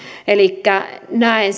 elikkä näen